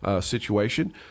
situation